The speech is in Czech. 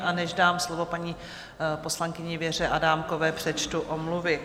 A než dám slovo paní poslankyni Věře Adámkové, přečtu omluvy.